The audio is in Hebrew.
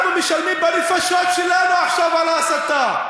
אנחנו משלמים בנפשות שלנו עכשיו על ההסתה.